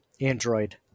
Android